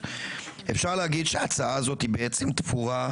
אפשר להגיד שההצעה הזאת היא בעצם תפורה,